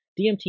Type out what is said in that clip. DMT